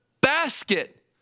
basket